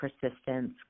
persistence